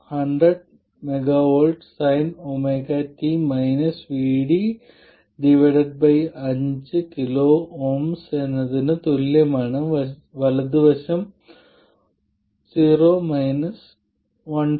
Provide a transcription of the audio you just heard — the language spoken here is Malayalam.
7 V 100mV sinωt VD5 KΩs എന്നതിന് തുല്യമാണ് വലത് വശം 0 15